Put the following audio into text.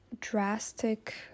drastic